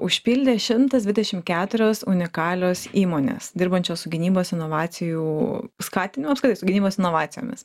užpildė šimtas dvidešim keturios unikalios įmonės dirbančios su gynybos inovacijų skatinimu apkritai su gynybos inovacijomis